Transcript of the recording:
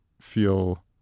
feel